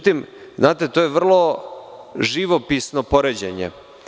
To je vrlo živopisno poređenje.